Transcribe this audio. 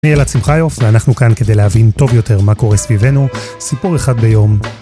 אני אלעד שמחיוף, ואנחנו כאן כדי להבין טוב יותר מה קורה סביבנו. סיפור אחד ביום